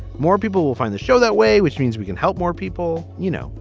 more people will find the show that way, which means we can help more people. you know,